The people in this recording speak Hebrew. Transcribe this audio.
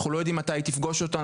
אנחנו לא יודעים מתי היא תפגוש אותנו,